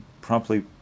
promptly